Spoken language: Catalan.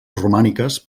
romàniques